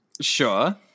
Sure